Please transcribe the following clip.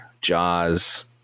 Jaws